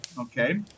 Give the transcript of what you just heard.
okay